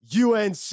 UNC